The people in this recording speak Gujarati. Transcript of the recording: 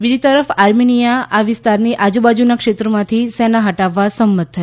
બીજી તરફ આર્મિનિયા આ વિસ્તારની આજુબાજુના ક્ષેત્રોમાંથી સેના હટાવવા સંમત થયું છે